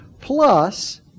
Plus